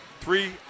three